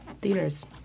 theaters